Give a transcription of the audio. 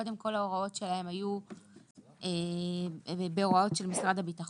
שקודם כל ההוראות שלהם היו בהוראות של משרד הביטחון,